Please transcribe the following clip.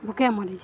ଭୋକେ ମରିଯିବେ